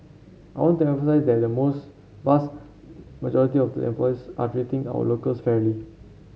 I want to emphasise that the most vast majority of the employers are treating our locals fairly